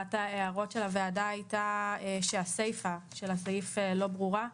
אחת ההערות של הוועדה הייתה שהסיפה של הסעיף לא ברורה.